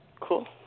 Cool